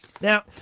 Now